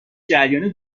جریان